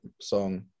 song